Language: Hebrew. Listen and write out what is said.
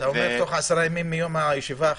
עשרה ימים מהישיבה האחרונה.